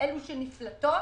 אלה שנפלטות,